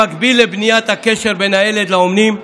במקביל לבניית הקשר בין הילד לאומנים,